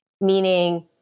meaning